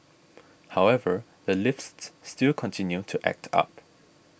however the lifts still continue to act up